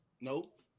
Nope